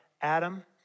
Adam